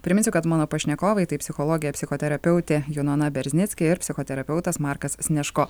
priminsiu kad mano pašnekovai tai psichologė psichoterapeutė junona berznitski ir psichoterapeutas markas snežko